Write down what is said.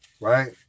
right